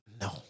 No